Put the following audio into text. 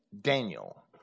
Daniel